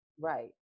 right